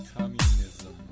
Communism